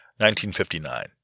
1959